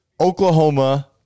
Oklahoma